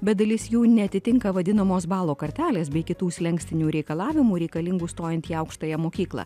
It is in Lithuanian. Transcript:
bet dalis jų neatitinka vadinamos balo kartelės bei kitų slenkstinių reikalavimų reikalingų stojant į aukštąją mokyklą